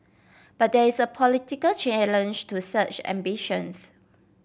but there is a political challenge to such ambitions